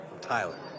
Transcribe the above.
Tyler